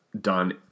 done